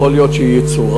יכול להיות שיצורף.